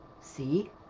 See